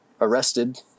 arrested